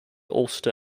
ulster